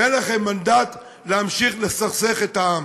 ואין לכם מנדט להמשיך לסכסך את העם.